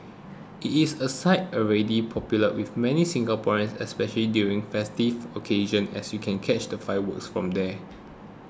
it's a site already popular with many Singaporeans especially during festive occasions as you can catch the fireworks from there